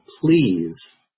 please